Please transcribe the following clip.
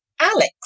Alex